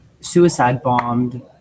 suicide-bombed